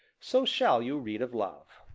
so shall you read of love.